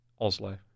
Oslo